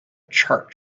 chart